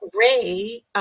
Ray